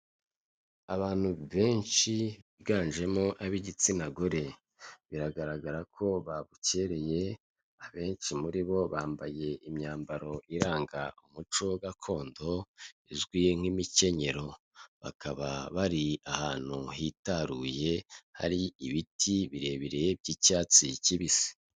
Abantu benshi biganjemo ab'igitsina gore, biragaragara ko babukereye abenshi muri bo bambaye imyambaro iranga umuco gakondo, izwi nk'imikenyero, bakaba bari ahantu hitaruye hari ibiti birebire by'icyatsi kibisi.